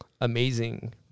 amazing